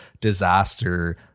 disaster